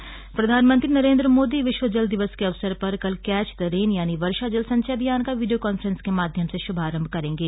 वर्षा जल संचय अभियान प्रधानमंत्री नरेन्द्र मोदी विश्व जल दिवस के अवसर पर कल कैच द रेन यानि वर्षा जल संचय अभियान का वीडियो कॉन्फ्रेंस के माध्यम से शुभारंभ करेंगे